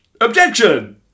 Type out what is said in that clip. Objection